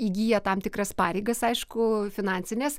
įgyja tam tikras pareigas aišku finansines